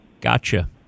gotcha